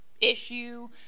issue